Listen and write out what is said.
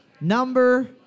number